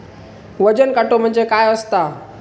वजन काटो म्हणजे काय असता?